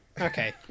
Okay